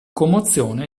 commozione